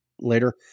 later